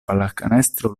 pallacanestro